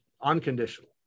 unconditional